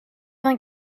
vingt